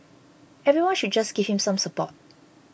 everybody should just give him some support